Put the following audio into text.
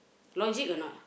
logic or not